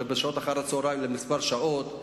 ובשעות אחר הצהריים לכמה שעות,